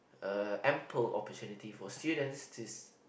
uh ample opportunity for students to